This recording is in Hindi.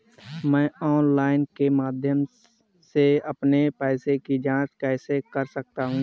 मैं ऑनलाइन के माध्यम से अपने पैसे की जाँच कैसे कर सकता हूँ?